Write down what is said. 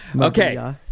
Okay